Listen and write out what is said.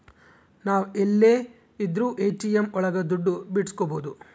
ನಾವ್ ಎಲ್ಲೆ ಇದ್ರೂ ಎ.ಟಿ.ಎಂ ಒಳಗ ದುಡ್ಡು ಬಿಡ್ಸ್ಕೊಬೋದು